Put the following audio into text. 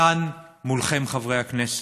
כאן מולכם, חברי הכנסת: